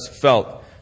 felt